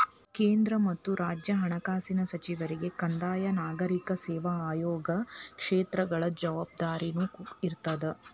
ಕೇಂದ್ರ ಮತ್ತ ರಾಜ್ಯ ಹಣಕಾಸಿನ ಸಚಿವರಿಗೆ ಕಂದಾಯ ನಾಗರಿಕ ಸೇವಾ ಆಯೋಗ ಕ್ಷೇತ್ರಗಳ ಜವಾಬ್ದಾರಿನೂ ಇರ್ತದ